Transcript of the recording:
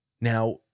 Now